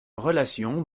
relation